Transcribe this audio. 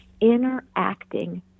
interacting